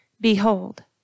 Behold